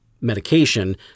medication